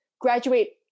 graduate